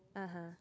(uh huh)